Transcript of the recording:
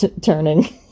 turning